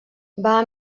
van